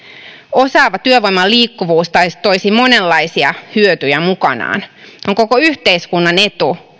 osaavan työvoiman liikkuvuus toisi monenlaisia hyötyjä mukanaan on koko yhteiskunnan etu